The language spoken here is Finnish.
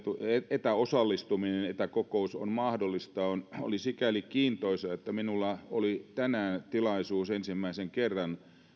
etäosallistuminen etäkokoukseen on mahdollista oli sikäli kiintoisa että minulla oli tänään tilaisuus ensimmäisen kerran